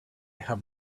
have